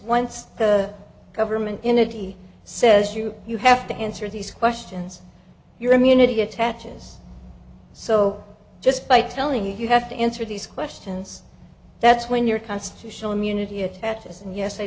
once the government in a t says you you have to answer these questions your immunity attaches so just by telling you you have to answer these questions that's when your constitutional immunity attaches